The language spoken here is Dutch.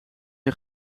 een